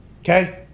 okay